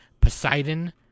Poseidon